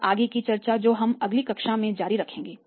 और आगे की चर्चा जो हम अगली कक्षा में जारी रखेंगे